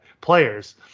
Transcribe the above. players